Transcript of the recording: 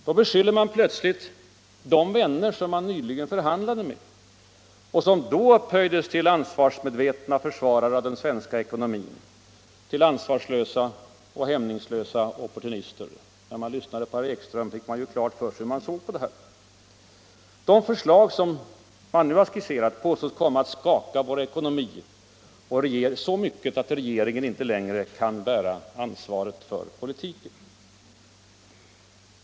Då beskyller man plötsligt de vänner som man nyligen förhandlade med och som då upphöjdes till ansvarsmedvetna försvarare av den svenska ekonomin för att vara ansvarslösa och hämningslösa opportunister. Den som lyssnade till herr Ekström fick ju klart för sig hur man ser på det här. De förslag som nu har skisserats påstås komma att skaka vår ekonomi så mycket att regeringen inte längre kan bära ansvaret för politiken.